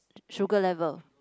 sugar level